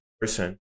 person